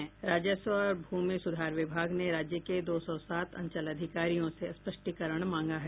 राजस्व और भूमि सुधार विभाग ने राज्य के दो सौ सात अंचल अधिकारियों से स्पष्टीकरण मांगा है